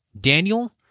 daniel